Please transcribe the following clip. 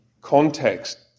context